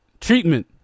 treatment